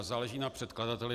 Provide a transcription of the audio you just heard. Záleží na předkladateli.